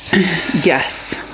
Yes